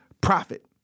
profit